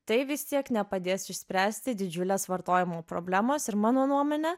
tai vis tiek nepadės išspręsti didžiulės vartojimų problemos ir mano nuomone